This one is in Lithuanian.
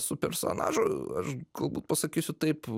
su personažu aš galbūt pasakysiu taip